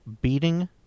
Beating